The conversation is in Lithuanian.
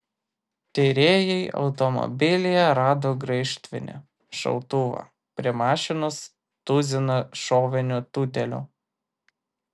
tyrėjai automobilyje rado graižtvinį šautuvą prie mašinos tuziną šovinių tūtelių